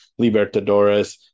Libertadores